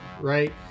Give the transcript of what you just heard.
right